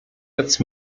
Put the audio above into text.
jetzt